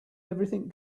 everything